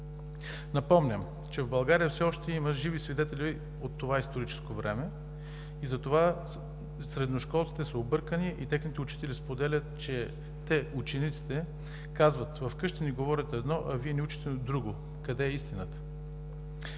Напомням, че в България все още има живи свидетели от това историческо време и затова средношколците са объркани и техните учители споделят, че те, учениците, казват: вкъщи ни говорят едно, а Вие ни учите друго, къде е истината?